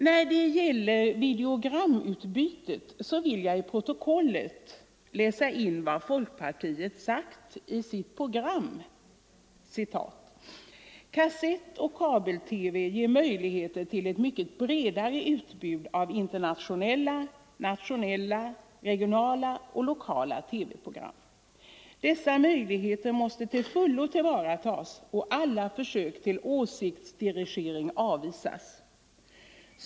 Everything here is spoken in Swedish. När det gäller videoprogramutbudet vill jag till protokollet läsa in vad folkpartiet har sagt i sitt program: ”Kassettoch kabel-TV ger möjligheter till ett mycket bredare utbud av internationella, nationella, regionala och lokala TV-program. Dessa möjligheter måste till fullo tillvaratas och alla försök till åsiktsdirigering avvisas.